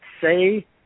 say